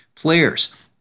Players